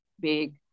big